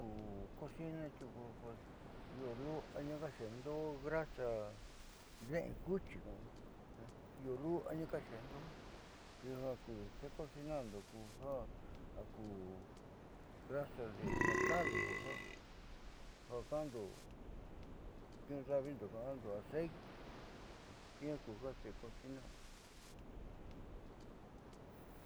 Ku cocina tiuku io lu'a nikaaxeendo grasa de'en cuchi ka'ando io lu'a nikaxeendo jiaa ja xecocinando kujaa grasa del mercado ku jaá jaka'ando niu'undaávindo ka'ando aceite jiaa kuja xecocinando.